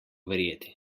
verjeti